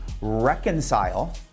reconcile